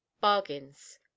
bargains